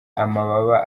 amababa